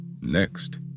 Next